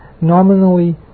nominally